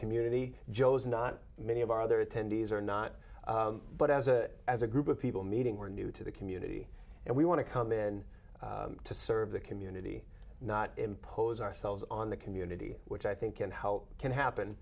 community jos not many of our other attendees or not but as a as a group of people meeting were new to the community and we want to come in to serve the community not impose ourselves on the community which i think and how can